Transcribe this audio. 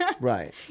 right